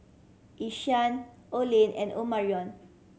Ishaan Olen and Omarion